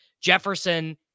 Jefferson